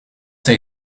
zij